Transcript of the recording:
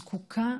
זקוקה